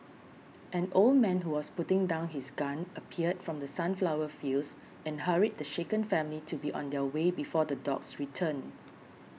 an old man who was putting down his gun appeared from the sunflower fields and hurried the shaken family to be on their way before the dogs return